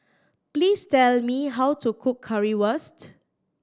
please tell me how to cook Currywurst